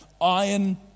iron